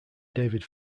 david